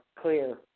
clear